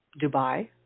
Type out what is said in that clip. Dubai